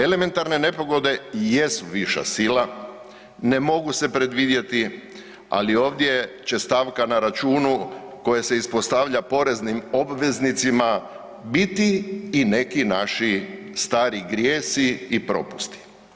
Elementarne nepogode jesu viša sila, ne mogu se predvidjeti, ali ovdje će stavka na računu koji se ispostavlja poreznim obveznicima biti i neki naši stari grijesi i propusti.